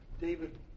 David